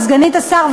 או סגנית השר,